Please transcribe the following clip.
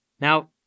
Now